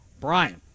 Brian